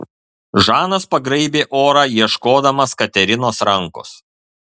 žanas pagraibė orą ieškodamas katerinos rankos